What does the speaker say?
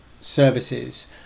services